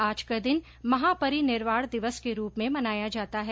आज का दिन महापरिनिर्वाण दिवस के रूप में मनाया जाता है